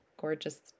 gorgeous